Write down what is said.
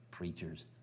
Preachers